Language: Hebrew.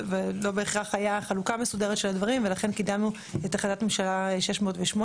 ולא בהכרח היה חלוקה מסודרת של הדברים ולכן קידמנו את החלטת ממשלה 608,